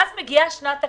ואז מגיעה שנת הקורונה.